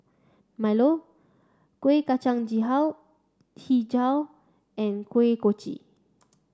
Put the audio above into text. Milo Kueh Kacang Hijau and Kuih Kochi